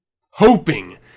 hoping